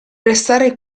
restare